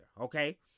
okay